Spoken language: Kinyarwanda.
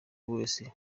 wese